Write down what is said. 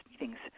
meetings